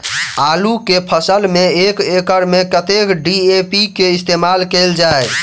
आलु केँ फसल मे एक एकड़ मे कतेक डी.ए.पी केँ इस्तेमाल कैल जाए?